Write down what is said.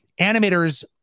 animators